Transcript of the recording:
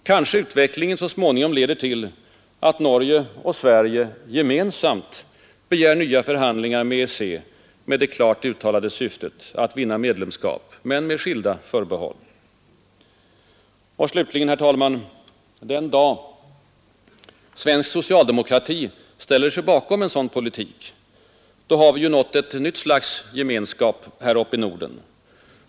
Kanske utvecklingen så småningom leder till att Norge och Sverige gemensamt begär nya förhandlingar med EEC med det klart uttalade syftet att vinna medlemskap, men med skilda förbehåll. Slutligen, herr talman! Den dag svensk socialdemokrati ställer sig bakom en sådan politik, har vi ju nått ett nytt slags gemenskap här uppe i Norden.